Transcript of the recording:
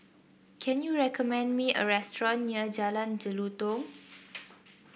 can you recommend me a restaurant near Jalan Jelutong